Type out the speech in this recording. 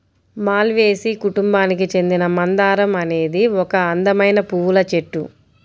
మాల్వేసి కుటుంబానికి చెందిన మందారం అనేది ఒక అందమైన పువ్వుల చెట్టు